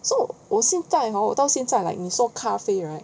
so 现在 hor 我到现在你说咖啡 right